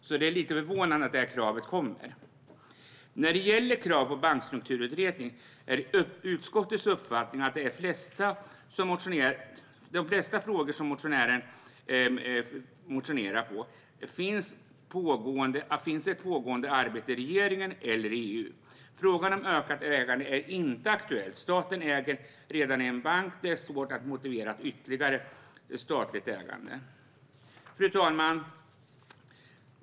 Det är därför lite förvånande att detta krav kommer nu. När det gäller kravet på en bankstrukturutredning är det utskottets uppfattning att det i de flesta frågor som motioneras om finns ett pågående arbete i regeringen eller EU. Frågan om ökat ägande är inte aktuell. Staten äger redan en bank, och det är svårt motivera ytterligare statligt ägande. Fru talman!